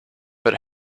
but